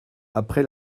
après